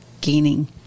gaining